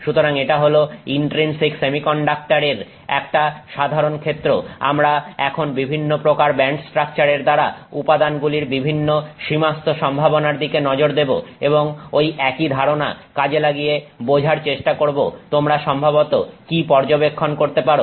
সুতরাং এটা হল ইনট্রিনসিক সেমিকন্ডাক্টরের একটা সাধারন ক্ষেত্র আমরা এখন বিভিন্ন প্রকার ব্যান্ড স্ট্রাকচারের দ্বারা উপাদানগুলির বিভিন্ন সীমাস্থ সম্ভাবনার দিকে নজর দেবো এবং ঐ একই ধারণা কাজে লাগিয়ে বোঝার চেষ্টা করব তোমরা সম্ভবত কি পর্যবেক্ষণ করতে পারো